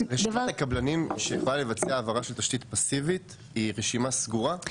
רשימת הקבלנים שיכולים לבצע העברה של תשתית פסיבית היא רשימה סגורה?